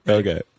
Okay